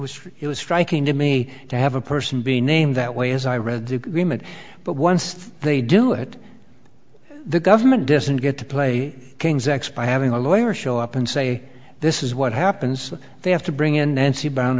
was it was striking to me to have a person be named that way as i read the agreement but once they do it the government doesn't get to play king's x by having a lawyer show up and say this is what happens they have to bring in nancy b